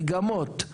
מגמות,